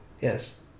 yes